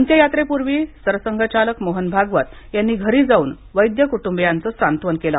अंत्ययात्रेपूर्वी सरसंघचालक मोहन भागवत यांनी घरी जाऊन वैद्य कुटुंबीयांचं सात्वन केलं